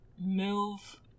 move